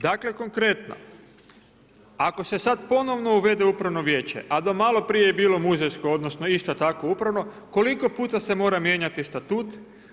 Dakle, konkretno, ako se sada ponovno uvode upravno vijeće, a do maloprije je bilo muzejsko, odnosno, isto tako upravno, koliko puta se mora mijenjati statut?